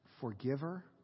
forgiver